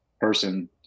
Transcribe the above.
person